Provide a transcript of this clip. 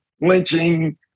lynching